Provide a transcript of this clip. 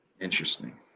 Interesting